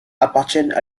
appartiennent